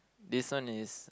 this one is